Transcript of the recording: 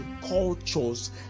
cultures